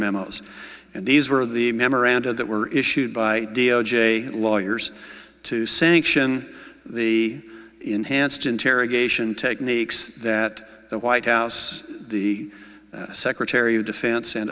memos and these were the memoranda that were issued by d o j lawyers to sanction the enhanced interrogation techniques that the white house the secretary of defense and